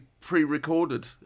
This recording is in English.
pre-recorded